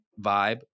vibe